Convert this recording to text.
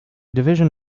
division